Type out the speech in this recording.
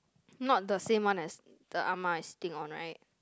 not the same one as the ah ma is sitting on right